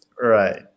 Right